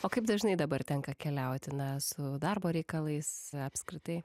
o kaip dažnai dabar tenka keliauti na su darbo reikalais apskritai